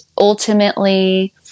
ultimately